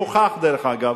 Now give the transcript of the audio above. דרך אגב,